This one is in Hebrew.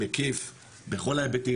מקיף בכל ההיבטים,